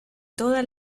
toda